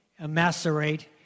Emacerate